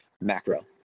macro